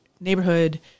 neighborhood